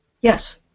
Yes